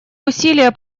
усилия